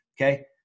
Okay